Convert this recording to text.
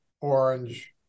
orange